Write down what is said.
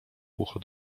ucho